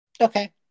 Okay